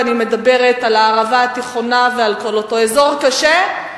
ואני מדברת על הערבה התיכונה ועל כל אותו אזור קשה,